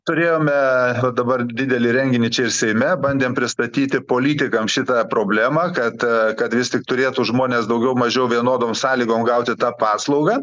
turėjome dabar didelį renginį čia ir seime bandėm pristatyti politikams šitą problemą kad kad vis tik turėtų žmonės daugiau mažiau vienodom sąlygom gauti tą paslaugą